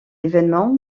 événement